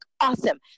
awesome